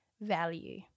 value